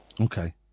Okay